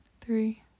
three